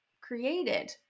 created